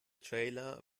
trailer